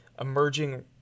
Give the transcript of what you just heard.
emerging